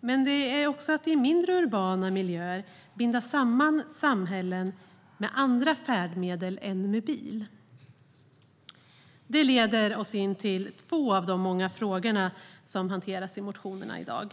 Men det handlar också om att i mindre urbana miljöer binda samman samhällen med andra färdmedel än bil. Det leder oss in på två av de många frågor som hanteras i motionerna i dag.